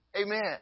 amen